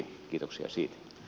kiitoksia siitä